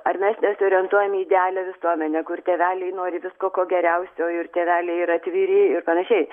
ar mes nesiorientuojam į idealią visuomenę kur tėveliai nori visko ko geriausio ir tėveliai yra atviri ir panašiai